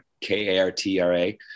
K-A-R-T-R-A